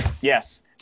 Yes